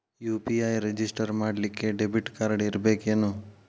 UPI register ಮಾಡ್ಲಿಕ್ಕೆ debit card ಇರ್ಬೇಕೇನು?